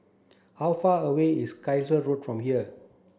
how far away is Carlisle Road from here